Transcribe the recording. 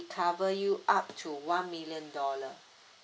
cover you up to one million dollar